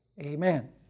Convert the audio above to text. Amen